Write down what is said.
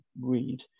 read